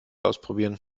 ausprobieren